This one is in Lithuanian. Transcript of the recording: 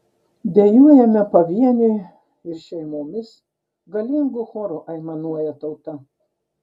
dejuojame pavieniui ir šeimomis galingu choru aimanuoja tauta